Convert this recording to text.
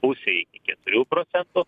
pusė iki keturių procentų